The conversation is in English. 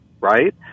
right